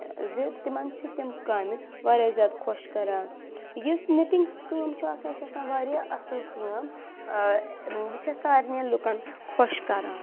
زِ تِمَن چھِ تِم کامہِ واریاہ زیادٕ خۄش کَران یُس نِٹِنٛگ ہِنٛز کٲم چھِ آسان یہِ چھِ آسان واریاہ اَصٕل کٲم یہِ چھےٚ سارنِیَن لُکَن خۄش کَران